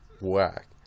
whack